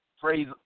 phrase